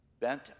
bent